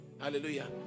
Hallelujah